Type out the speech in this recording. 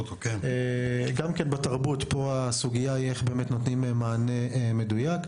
פה הסוגייה היא איך נותנים מענה מדויק.